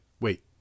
wait